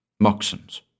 Moxon's